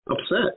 upset